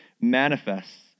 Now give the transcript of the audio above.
manifests